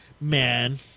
man